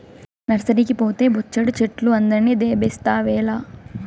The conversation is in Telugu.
నర్సరీకి పోతే బొచ్చెడు చెట్లు అందరిని దేబిస్తావేల